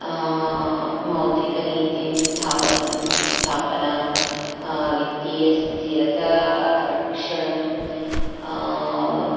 मौद्रिकनीतिं स्थापनं स्थापना वित्तीयस्थिरता रक्षणं